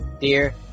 dear